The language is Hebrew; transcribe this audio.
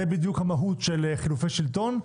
זה בדיוק המהות של חילופי שלטון.